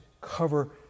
cover